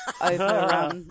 Over